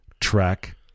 track